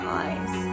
eyes